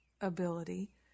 ability